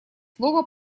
слово